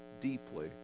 deeply